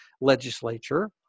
Legislature